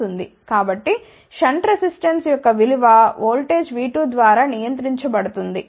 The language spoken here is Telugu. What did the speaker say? కాబట్టి షంట్ రెసిస్టర్ యొక్క విలువ వోల్టేజ్ V2ద్వారా నియంత్రించబడుతుంది సరే